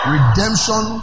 Redemption